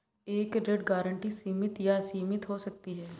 एक ऋण गारंटी सीमित या असीमित हो सकती है